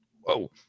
whoa